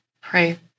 pray